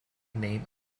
name